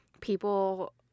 people